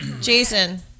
Jason